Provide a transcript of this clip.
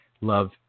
Love